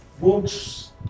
books